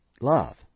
Love